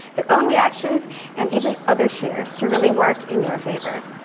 their own reactions and even other shares to really work in your favor.